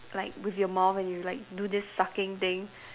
like with your mouth and you like do this sucking thing